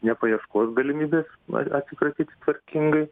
ne paieškos galimybės na atsikratyti tvarkingai